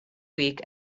week